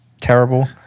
terrible